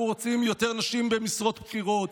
אנחנו רוצים יותר נשים במשרות בכירות,